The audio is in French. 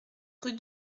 rue